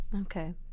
Okay